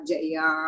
Jaya